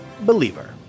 believer